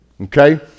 okay